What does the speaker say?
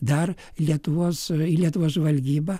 dar lietuvos į lietuvos žvalgybą